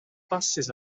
basys